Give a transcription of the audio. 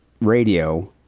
radio